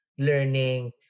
learning